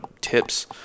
tips